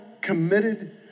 committed